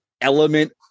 element